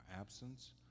absence